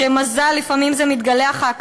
ומזל שלפעמים זה מתגלה אחר כך,